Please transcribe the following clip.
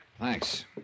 Thanks